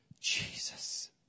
Jesus